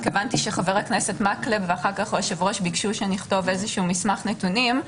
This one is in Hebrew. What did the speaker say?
רק הבנתי שחבר הכנסת מקלב ואחר כך היושב-ראש ביקשו שנכתוב מסמך נתונים.